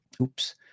Oops